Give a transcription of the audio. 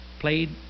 played